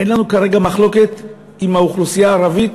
אין לנו כרגע מחלוקת עם האוכלוסייה הערבית,